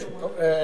טוב,